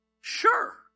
sure